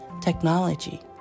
technology